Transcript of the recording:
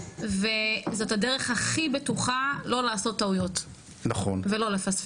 וזאת הדרך הכי בטוחה לא לעשות טעויות ולא לפספס.